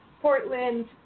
Portland